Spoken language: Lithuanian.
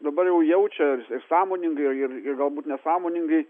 dabar jau jaučia ir sąmoningai ir ir galbūt nesąmoningai